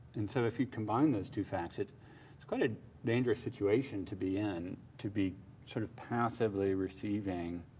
and so if you combine those two facets, it's quite a dangerous situation to be in, to be sort of passively receiving